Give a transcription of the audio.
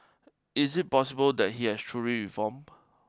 is it possible that he has truly reformed